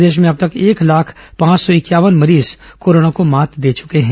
प्रदेश में अब तक एक लाख पांच सौ इंक्यावन मरीज कोरोना को मात दे चुके हैं